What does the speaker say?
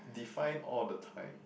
define all the time